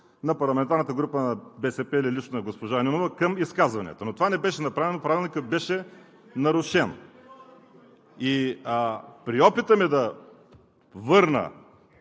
на парламентарната група на БСП и лично на госпожа Нинова към изказвания. Това не беше направено. Правилникът беше нарушен. При опита ми да върна